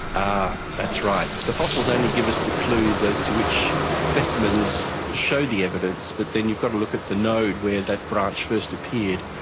ah that's right. the fossils only give us the clues as to which specimens show the evidence, but then you've got to look at the node where that branch first appeared,